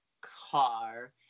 car